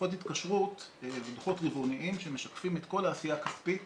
דוחות התקשרות אלה דוחות רבעוניים שמשקפים את כל העשייה הכספית